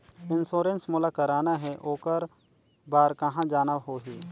Insurance मोला कराना हे ओकर बार कहा जाना होही?